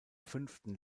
fünften